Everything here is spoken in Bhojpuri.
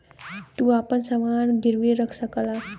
तू आपन समान गिर्वी रख सकला